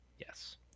yes